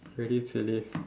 ready to leave